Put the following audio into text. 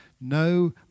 No